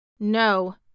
No